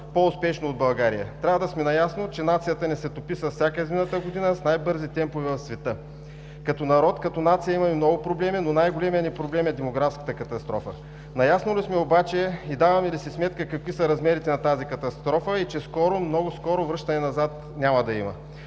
по-успешно от България. Трябва да сме наясно, че нацията ни се топи с всяка изминала година с най-бързи темпове в света. Като народ, като нация имаме много проблеми, но най-големият ни проблем е демографската катастрофа. Наясно ли сме обаче, и даваме ли си сметка, какви са размерите на тази катастрофа, и че скоро, много скоро, връщане назад няма да има?!